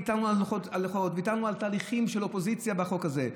ויתרנו על תהליכים של אופוזיציה בחוק הזה,